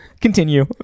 Continue